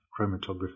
chromatography